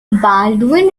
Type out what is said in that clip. baldwin